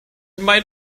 mein